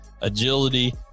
agility